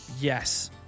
yes